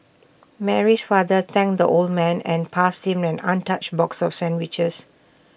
Mary's father thanked the old man and passed him an untouched box of sandwiches